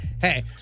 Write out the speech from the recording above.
hey